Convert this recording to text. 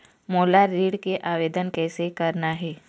मोला ऋण के आवेदन कैसे करना हे?